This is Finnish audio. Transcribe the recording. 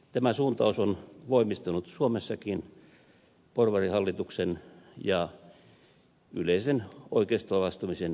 tämä suuntaus on voimistunut suomessakin porvarihallituksen ja yleisen oikeistolaistumisen myötä